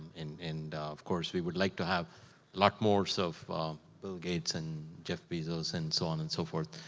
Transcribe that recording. and and of course, we would like to have lot more stuff, bill gates, and jeff bezos, and so on and so forth.